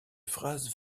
phrase